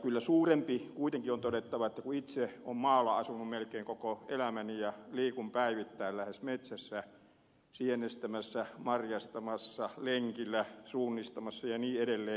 kyllä kuitenkin on todettava kun itse olen maalla asunut melkein koko elämäni ja liikun lähes päivittäin metsässä sienestämässä marjastamassa lenkillä suunnistamassa ja niin edelleen